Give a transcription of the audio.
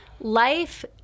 life